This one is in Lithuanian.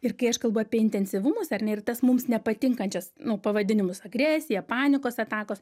ir kai aš kalbu apie intensyvumus ar ne ir tas mums nepatinkančias nu pavadinimus agresija panikos atakos